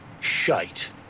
shite